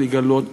לגלות